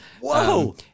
Whoa